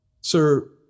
Sir